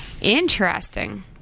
Interesting